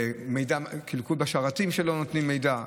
קלקול בשרתים שלא נותנים מידע,